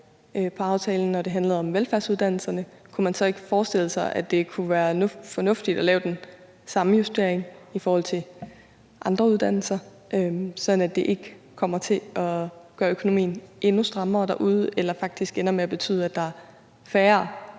på aftalen, når det handlede om velfærdsuddannelserne, kunne man så ikke forestille sig, at det kunne være fornuftigt at lave den samme justering i forhold til andre uddannelser, sådan at det ikke kommer til at gøre økonomien endnu strammere derude eller faktisk ender med at betyde, at der er færre,